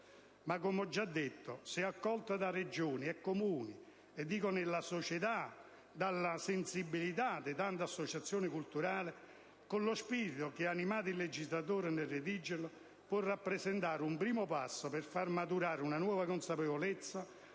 come ho già detto, se accolto da Regioni e Comuni, dalla società e dalla sensibilità di tante associazioni culturali, con lo spirito che ha animato il legislatore nel redigerlo, esso può rappresentare un primo passo per far maturare una nuova consapevolezza,